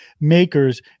makers